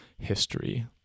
history